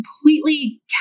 completely